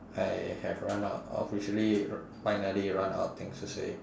I have run out officially finally run out of things to say